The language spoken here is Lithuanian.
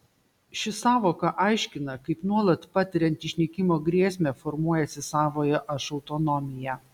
ši sąvoka aiškina kaip nuolat patiriant išnykimo grėsmę formuojasi savojo aš autonomija